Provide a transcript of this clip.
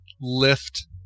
lift